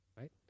Right